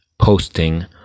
posting